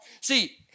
See